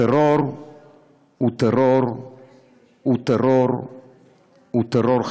טרור הוא טרור הוא טרור הוא טרור הוא טרור,